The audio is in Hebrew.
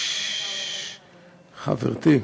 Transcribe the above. חברתי,